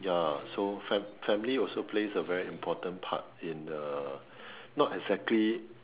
ya so fam~ family also plays a very important part in uh not exactly